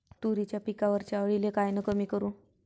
तुरीच्या पिकावरच्या अळीले कायनं कमी करू?